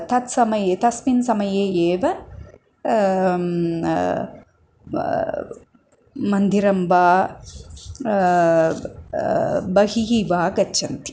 तत् समये तस्मिन् समये एव मन्दिरं वा बहिः वा गच्छन्ति